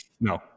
No